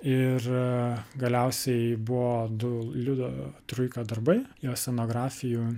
ir galiausiai buvo du liudo truikio darbai jo scenografijų